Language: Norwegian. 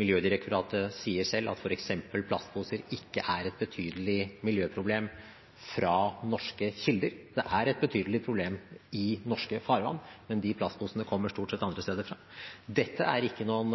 Miljødirektoratet sier selv at f.eks. plastposer ikke er et betydelig miljøproblem fra norske kilder. Det er et betydelig problem i norske farvann, men de plastposene kommer stort sett andre steder fra. Dette er ikke noen